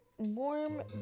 Warm